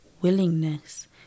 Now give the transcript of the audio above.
willingness